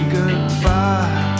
goodbye